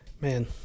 Man